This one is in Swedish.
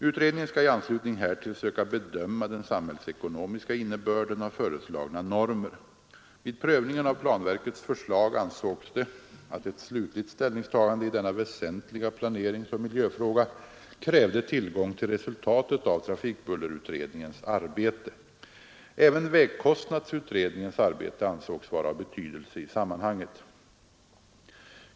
Utredningen skall i anslutning härtill söka bedöma den samhällsekonomiska innebörden av föreslagna normer. Vid prövningen av planverkets förslag ansågs det att ett slutligt ställningsta gande i denna väsentliga planeringsoch miljöfråga krävde tillgång till resultatet av trafikbullerutredningens arbete. Även vägkostnadsutredningens arbete ansågs vara av betydelse i sammanhanget.